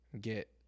get